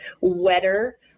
wetter